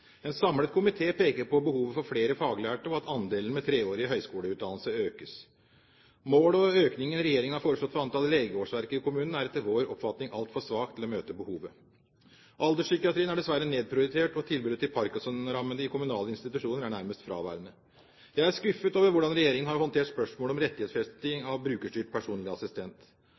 En samlet komité peker på behovet for flere faglærte og at andelen med treårig høyskoleutdannelse økes. Målet og økningen regjeringen har foreslått når det gjelder antall legeårsverk i kommunen, er etter vår oppfatning altfor svakt til å møte behovet. Alderspsykiatrien er dessverre nedprioritert, og tilbudet til parkinsonrammede i kommunale institusjoner er nærmest fraværende. Jeg er skuffet over hvordan regjeringen har håndtert spørsmålet om rettighetsfesting av brukerstyrt personlig assistent.